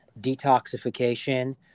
detoxification